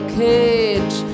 cage